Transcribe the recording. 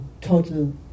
total